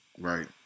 right